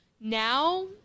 Now